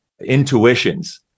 intuitions